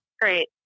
Great